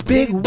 Big